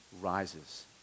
rises